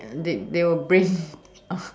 I mean they they were brain